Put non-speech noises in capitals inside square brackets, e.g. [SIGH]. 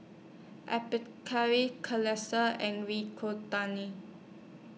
Atopiclair [UNINTELLIGIBLE] and [UNINTELLIGIBLE]